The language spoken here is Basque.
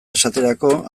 esaterako